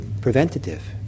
preventative